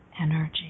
energy